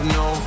no